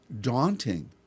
daunting